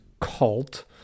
cult